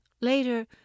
Later